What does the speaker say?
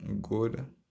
good